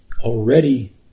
already